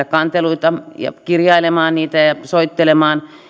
kanteluita ja kirjailemaan niitä ja soittelemaan